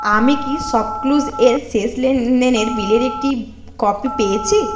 আমি কি শপক্লুজ এর শেষ লেনদেনের বিলের একটি কপি পেয়েছি